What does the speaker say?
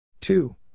two